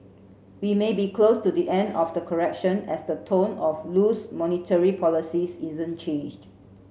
we may be close to the end of the correction as the tone of loose monetary policies isn't changed